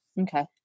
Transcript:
Okay